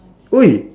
!oi!